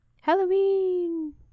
Halloween